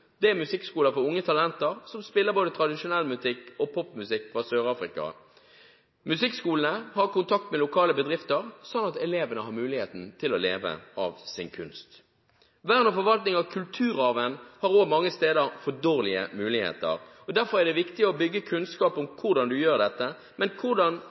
Det er musikkskoler for unge talenter som spiller både tradisjonell musikk og popmusikk fra Sør-Afrika. Musikkskolene har kontakt med lokale bedrifter slik at elevene kan ha muligheten å leve av sin kunst. Vern og forvaltning av kulturarven har også mange steder for dårlige muligheter. Derfor er det viktig å bygge kunnskap om hvordan man gjør dette, men også hvordan